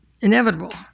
inevitable